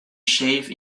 shave